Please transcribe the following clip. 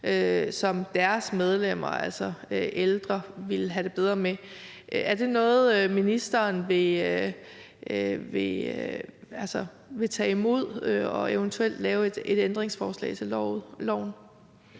som deres medlemmer, altså ældre, ville have det bedre med, er det så noget, ministeren vil tage imod og så eventuelt lave et ændringsforslag til